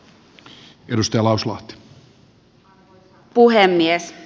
arvoisa puhemies